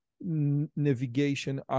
navigation